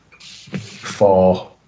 four